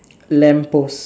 lamp post